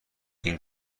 این